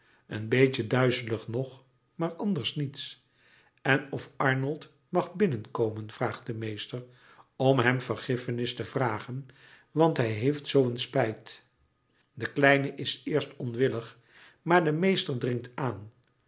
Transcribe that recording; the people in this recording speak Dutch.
een beetje duizelig nog maar anders niets en of arnold mag binnenkomen vraagt de meester om hem vergiffenis te vragen want hij heeft zoo een spijt de kleine is eerst onwillig maar de meester dringt aan